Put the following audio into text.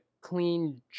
clean